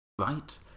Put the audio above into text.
right